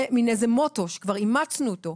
זה מוטו שכבר אימצנו אותו.